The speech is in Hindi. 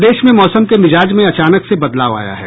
प्रदेश में मौसम के मिजाज में अचानक से बदलाव आया है